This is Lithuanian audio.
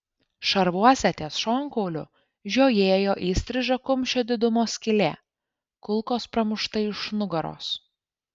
šarvuose ties šonkauliu žiojėjo įstriža kumščio didumo skylė kulkos pramušta iš nugaros